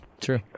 true